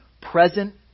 present